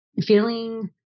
feeling